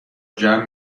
جمع